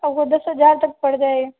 आपको दस हजार तक पड़ जाए